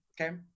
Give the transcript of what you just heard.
Okay